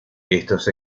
estos